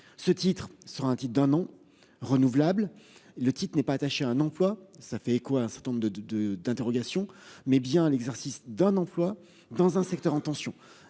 ce titre sera un type d'un an renouvelable. Le type n'est pas attaché un emploi. Ça fait quoi un certain nombre de de d'interrogations mais bien l'exercice d'un emploi dans un secteur en tension.